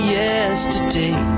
yesterday